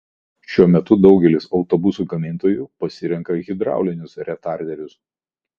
šiuo metu daugelis autobusų gamintojų pasirenka hidraulinius retarderius